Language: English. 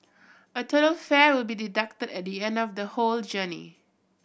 a total fare will be deducted at the end of the whole journey